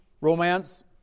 romance